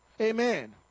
Amen